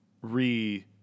re